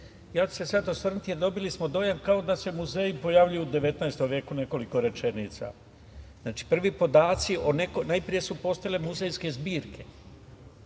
sada ću se osvrnuti, dobili smo dojavu kao da se muzeji pojavljuju u 19. veku nekoliko rečenica. Znači, prvi podaci, najpre su postojale muzejske zbirke.